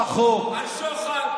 הוא יכול להיות שר עם